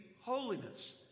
holiness